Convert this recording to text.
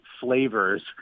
flavors